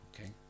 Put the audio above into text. Okay